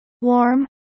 Warm